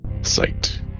sight